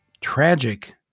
tragic